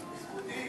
עולה.